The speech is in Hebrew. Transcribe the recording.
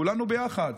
כולנו ביחד.